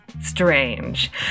strange